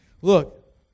Look